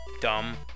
dumb